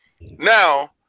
Now